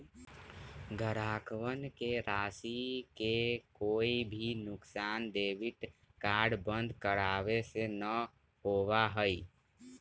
ग्राहकवन के राशि के कोई भी नुकसान डेबिट कार्ड बंद करावे से ना होबा हई